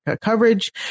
coverage